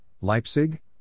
Leipzig